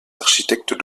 architectes